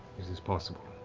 is is possible.